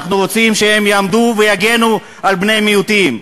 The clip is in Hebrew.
אנחנו רוצים שהם יעמדו ויגנו על בני מיעוטים,